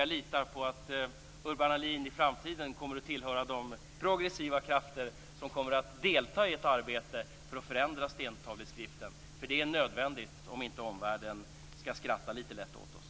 Jag litar på att Urban Ahlin i framtiden kommer att tillhöra de progressiva krafter som deltar i ett arbete för att förändra stentavleskriften, för det är nödvändigt om inte omvärlden skall skratta lite lätt åt oss.